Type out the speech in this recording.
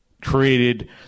created